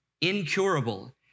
incurable